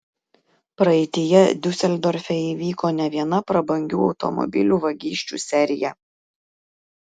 praeityje diuseldorfe įvyko ne viena prabangių automobilių vagysčių serija